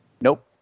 Nope